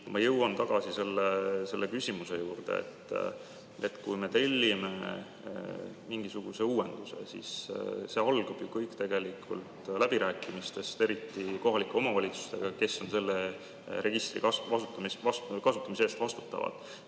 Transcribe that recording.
jõuan ma tagasi selle küsimuse juurde, et kui me tellime mingisuguse uuenduse, siis see algab ju läbirääkimistest, eriti kohalike omavalitsustega, kes on selle registri kasutamise eest vastutavad.